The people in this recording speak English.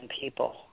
people